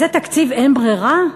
זה תקציב אין ברירה?